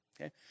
okay